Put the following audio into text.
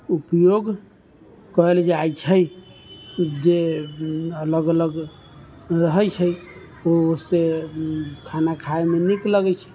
उपयोग करल जाइ छै जे अलग अलग रहै छै ओ से खाना खाइमे नीक लगै छै